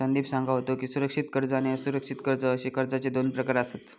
संदीप सांगा होतो की, सुरक्षित कर्ज आणि असुरक्षित कर्ज अशे कर्जाचे दोन प्रकार आसत